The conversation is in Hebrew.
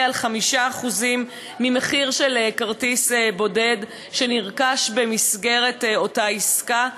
על 5% ממחיר של כרטיס בודד שנרכש במסגרת אותה עסקה,